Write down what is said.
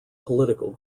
political